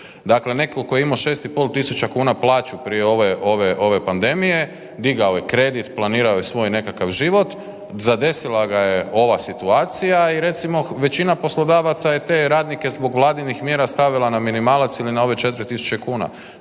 Dakle, netko tko je imao 6.500 kuna plaću prije ove pandemije, digao je kredit, planirao je svoj nekakav život, zadesila ga je ova situacija i recimo većina poslodavaca je te radnike zbog Vladinih mjera stavila na minimalac ili na ove 4.000 kuna.